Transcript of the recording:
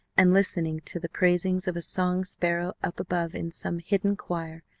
and listening to the praisings of a song sparrow up above in some hidden choir,